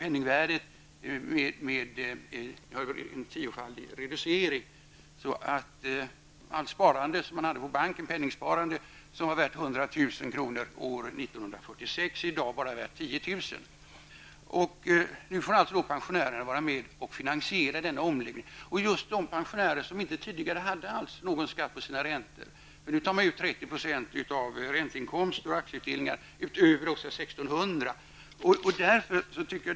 Penningvärdet har alltså reducerats tiofaldigt. Ett penningsparande som var värt 100 000 kronor år 1946 är i dag värt bara 10 000 Nu får alltså pensionärer som förut inte hade någon skatt på sina räntor vara med om att finansiera skatteomläggningen. Nu tar man ut 30 % av ränteinkomster och aktieutdelningar över 1 600 kr.